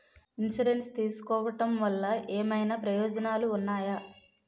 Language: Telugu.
ఇన్సురెన్స్ తీసుకోవటం వల్ల ఏమైనా ప్రయోజనాలు ఉన్నాయా?